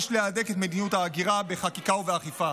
יש להדק את מדיניות ההגירה בחקיקה ובאכיפה.